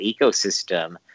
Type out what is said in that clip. ecosystem